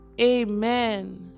Amen